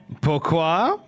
Pourquoi